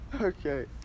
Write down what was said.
Okay